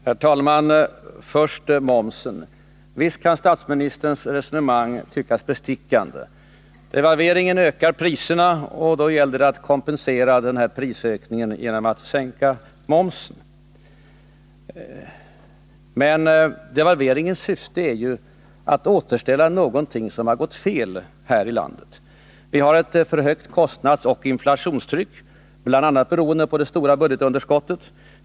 Herr talman! Jag vill först ta upp momsfrågan. Visst kan statsministerns resonemang tyckas vara bestickande. Devalveringen ökar priserna, och då gäller det att kompensera för prisökningen genom att man sänker momsen. Men devalveringens syfte är ju att återställa något som har gått fel i vårt land. Vi har ett för högt kostnadsoch inflationstryck, bl.a. beroende på de stora budgetunderskotten.